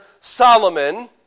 Solomon